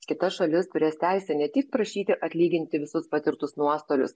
kita šalis turės teisę ne tik prašyti atlyginti visus patirtus nuostolius